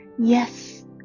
Yes